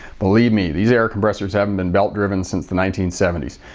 believe me, these air compressors haven't been belt driven since the nineteen seventies,